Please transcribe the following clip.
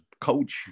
coach